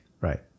Right